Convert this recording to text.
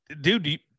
dude